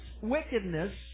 wickedness